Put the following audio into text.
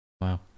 wow